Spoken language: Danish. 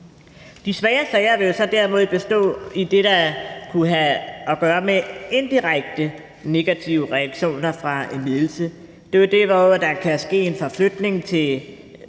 De svære sager vil jo så derimod bestå i det, der kunne have at gøre med indirekte negative reaktioner fra en ledelse. Det er dér, hvor der kan ske en forflytning til